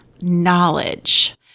knowledge